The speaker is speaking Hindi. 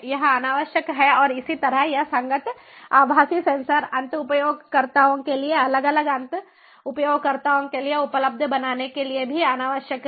यह अनावश्यक है और इसी तरह यह संगत आभासी सेंसर अंत उपयोगकर्ताओं के लिए अलग अलग अंत उपयोगकर्ताओं के लिए उपलब्ध बनाने के लिए भी अनावश्यक है